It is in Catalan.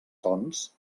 tons